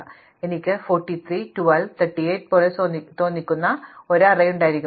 അതിനാൽ എനിക്ക് 43 12 38 പോലെ തോന്നിക്കുന്ന ഒരു അറേ ഉണ്ടായിരിക്കാം